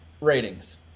Ratings